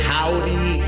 Howdy